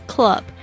Club